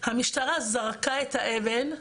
המשטרה זרקה את האבן,